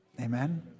Amen